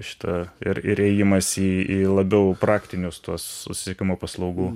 šita ir ir ėjimas į labiau praktinius tuos susisiekimo paslaugų